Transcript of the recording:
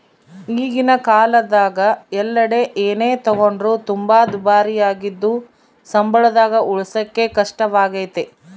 ಈಗಿನ ಕಾಲದಗ ಎಲ್ಲೆಡೆ ಏನೇ ತಗೊಂಡ್ರು ತುಂಬಾ ದುಬಾರಿಯಾಗಿದ್ದು ಸಂಬಳದಾಗ ಉಳಿಸಕೇ ಕಷ್ಟವಾಗೈತೆ